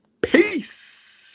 Peace